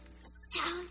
South